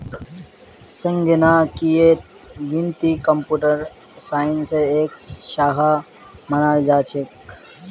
संगणकीय वित्त कम्प्यूटर साइंसेर एक शाखा मानाल जा छेक